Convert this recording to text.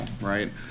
right